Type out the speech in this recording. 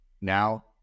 Now